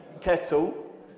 kettle